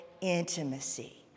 intimacy